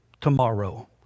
tomorrow